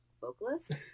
vocalist